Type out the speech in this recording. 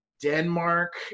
Denmark